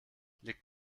liegt